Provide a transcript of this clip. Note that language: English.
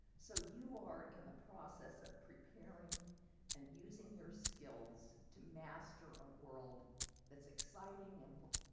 so you are in the process of preparing and using your skills to master a world that's exciting and full